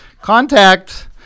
Contact